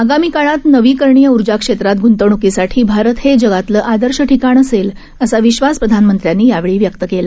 आगामी काळात नवीकरणीय ऊर्जा क्षेत्रात ग्ंतवण्कीसाठी भारत हे जगातलं आदर्श ठिकाण असेल असा विश्वास प्रधानमंत्र्यांनी यावेळी व्यक्त केला